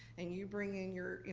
and you bring in your, you